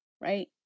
right